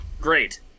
Great